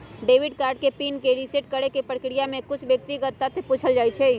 debit card के PIN के reset करेके प्रक्रिया में कुछ व्यक्तिगत तथ्य पूछल जाइ छइ